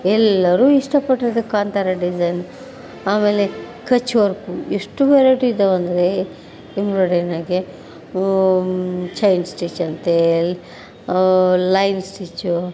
ಎಲ್ಲರು ಇಷ್ಟಪಟ್ಟಿದ್ದು ಕಾಂತಾರ ಡಿಝೈನು ಆಮೇಲೆ ಕಚ್ ವರ್ಕು ಎಷ್ಟು ವೆರೈಟಿ ಇದಾವಂದರೆ ಎಂಬ್ರಾಯ್ಡ್ರಿನಲ್ಲಿ ಚೈನ್ ಸ್ಟಿಚ್ ಅಂತೆ ಲೈನ್ ಸ್ಟಿಚ್ಚು